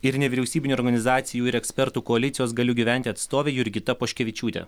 ir nevyriausybinių organizacijų ir ekspertų koalicijos galiu gyventi atstovė jurgita poškevičiūtė